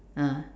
ah